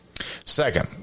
Second